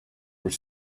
were